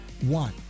one